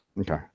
Okay